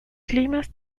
climas